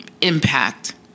Impact